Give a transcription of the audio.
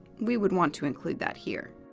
we would want to include that here.